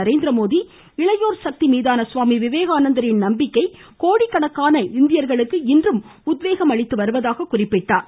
நரேந்திரமோடி இளையோர் சக்தி மீதான சுவாமி விவேகானந்தரின் நம்பிக்கை கோடிக்கணக்கான இந்தியர்களுக்கு இன்றும் உத்வேகம் அளிப்பதாக குறிப்பிட்டார்